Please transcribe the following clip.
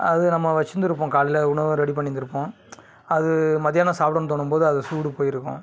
அது நம்ம வச்சுருந்துருப்போம் காலையில் உணவை ரெடி பண்ணியிருந்துருப்போம் அது மத்தியானம் சாப்பிடணுன்னு தோணும் போது அது சூடு போயிருக்கும்